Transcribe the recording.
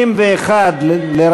61 נגד,